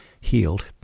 healed